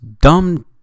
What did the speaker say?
dumb